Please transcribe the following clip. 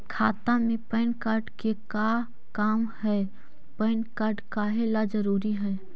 खाता में PAN card के का काम है पैन कार्ड काहे ला जरूरी है?